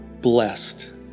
blessed